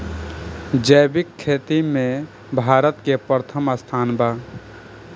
जैविक खेती में भारत के प्रथम स्थान बा